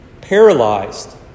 paralyzed